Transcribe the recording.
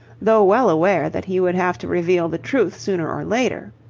though well aware that he would have to reveal the truth sooner or later.